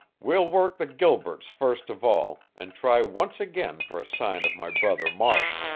we'll work the gilberts first of all, and try once again for a sign of my brother mark.